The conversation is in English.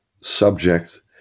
subject